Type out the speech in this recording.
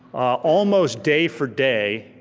almost day for day,